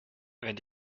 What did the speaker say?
wenn